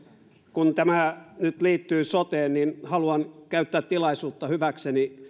kun tämä nyt liittyy soteen niin haluan käyttää tilaisuutta hyväkseni